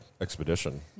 expedition